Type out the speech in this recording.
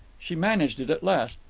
she managed it at last.